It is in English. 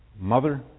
mother